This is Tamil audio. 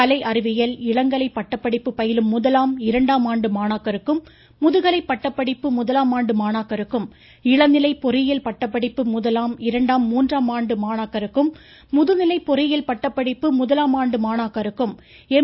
கலை அறிவியல் இளங்கலை பட்டப்படிப்பு பயிலும் முதலாம் இரண்டாம் ஆண்டு மாணாக்கருக்கும் முதுகலை பட்டப்படிப்பு முதலாம் ஆண்டு மாணாக்கருக்கும் இளநிலை பொறியியல் பட்டப்படிப்பு முதலாம் இரண்டாம் மூன்றாம் ஆண்டு மாணாக்கருக்கும் முதுநிலை பொறியியல் பட்டப்படிப்பு முதலாம் ஆண்டு மாணாக்கருக்கும் எம்